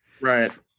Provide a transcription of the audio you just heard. right